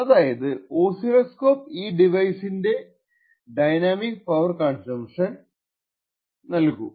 അതായത് ഓസിലോസ്കോപ് ഈ ഡിവൈസിന്റെ ഡൈനാമിക് പവർ കൺസംപ്ഷൻ നൽകും